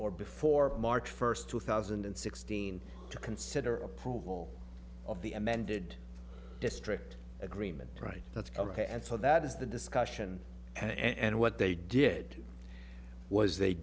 or before march first two thousand and sixteen to consider approval of the amended district agreement right that's ok and so that is the discussion and what they did was they